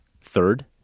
Third